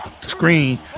screen